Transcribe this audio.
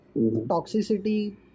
toxicity